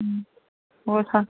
ꯎꯝ ꯍꯣꯏ